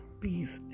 peace